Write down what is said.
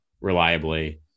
reliably